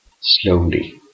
Slowly